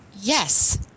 Yes